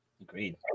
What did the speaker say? Agreed